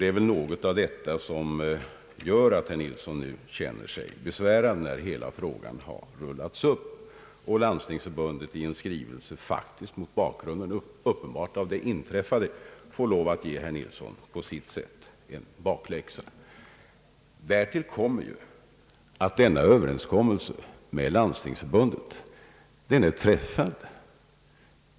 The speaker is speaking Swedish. Det är väl något av detta som gör att herr Nilsson nu känner sig besvärad när hela frågan nu har rullats upp och när Landstingsförbundet i en skrivelse, mot bakgrunden av vad som uppenbart har inträffat, faktiskt får lov att på sitt sätt ge herr Nilsson en bakläxa. Därtill kommer att denna överenskommelse med Landstingsförbundet är träffad.